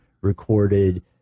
recorded